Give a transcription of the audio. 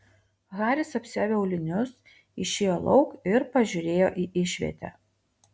haris apsiavė aulinius išėjo lauk ir pažiūrėjo į išvietę